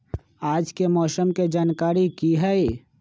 आज के मौसम के जानकारी कि हई?